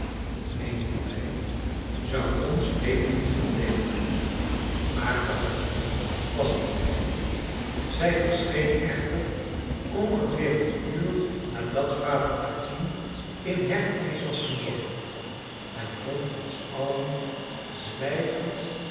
meenden wij zou ons weten te verdedigen maar katherina was er niet zij verscheen echter ongeveer een uur nadat vader acquin in hechtenis was genomen en vond ons allen zwijgend